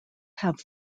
have